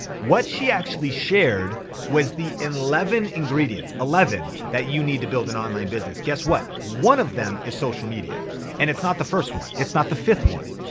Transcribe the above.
what she actually shared was the eleven ingredients, eleven, that you need to build an online business. guess what? one of them is social media and it's not the first one. it's not the fifth one.